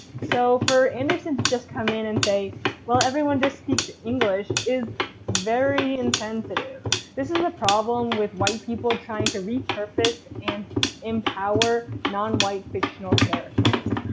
so for anderson to just come in and say well everyone just speaks english is very insensitive. this is the problem with white people trying to repurpose and empower non-white fictional characters,